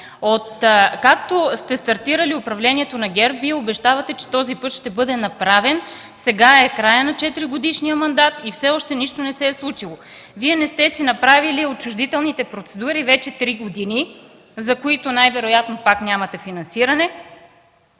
Откакто сте стартирали управлението на ГЕРБ, Вие обещавате, че този път ще бъде направен, сега е краят на четиригодишният мандат и все още нищо не се е случило. Вие не сте си направили отчуждителните процедури вече три години, за които най-вероятно пак нямате финансиране.